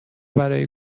برای